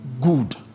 good